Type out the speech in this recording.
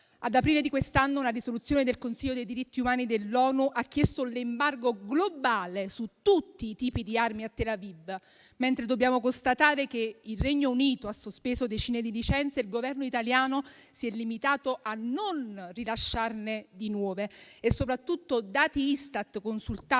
Ad aprile di quest'anno, una risoluzione del Consiglio dei diritti umani dell'ONU ha chiesto l'embargo globale su tutti i tipi di armi a Tel Aviv, mentre dobbiamo constatare che il Regno Unito ha sospeso decine di licenze e il Governo italiano si è limitato a non rilasciarne di nuove. Soprattutto, dati Istat di